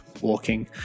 walking